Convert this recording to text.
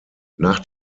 nach